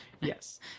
Yes